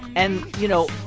and, you know,